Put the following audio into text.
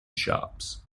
shops